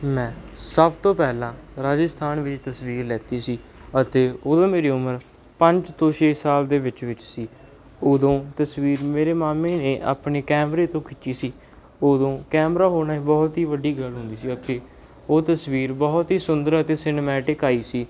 ਮੈਂ ਸਭ ਤੋਂ ਪਹਿਲਾਂ ਰਾਜਸਥਾਨ ਵਿੱਚ ਤਸਵੀਰ ਲੈਤੀ ਸੀ ਅਤੇ ਉਦੋਂ ਮੇਰੀ ਉਮਰ ਪੰਜ ਤੋਂ ਛੇ ਸਾਲ ਦੇ ਵਿੱਚ ਵਿੱਚ ਸੀ ਉਦੋਂ ਤਸਵੀਰ ਮੇਰੇ ਮਾਮੇ ਨੇ ਆਪਣੇ ਕੈਮਰੇ ਤੋਂ ਖਿੱਚੀ ਸੀ ਉਦੋਂ ਕੈਮਰਾ ਹੋਣਾ ਬਹੁਤ ਹੀ ਵੱਡੀ ਗੱਲ ਹੁੰਦੀ ਸੀ ਅਤੇ ਉਹ ਤਸਵੀਰ ਬਹੁਤ ਹੀ ਸੁੰਦਰ ਅਤੇ ਸਿਨਮੈਟਿਕ ਆਈ ਸੀ